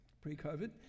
pre-COVID